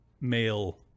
male